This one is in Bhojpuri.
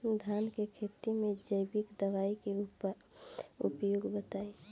धान के खेती में जैविक दवाई के उपयोग बताइए?